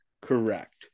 Correct